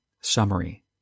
Summary